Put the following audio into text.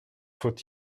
faut